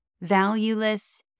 valueless